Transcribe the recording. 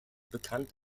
bekannt